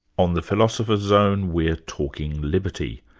on the philosopher's zone, we're talking liberty,